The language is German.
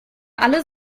alle